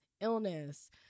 illness